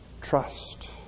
trust